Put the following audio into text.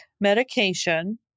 medication